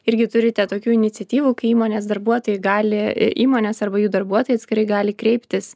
irgi turite tokių iniciatyvų kai įmonės darbuotojai gali įmonės arba jų darbuotojai atskirai gali kreiptis